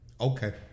Okay